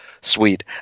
sweet